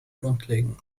grundlegend